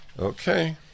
Okay